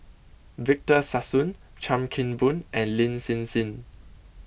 Victor Sassoon Chan Kim Boon and Lin Hsin Hsin